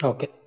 Okay